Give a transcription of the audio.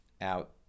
out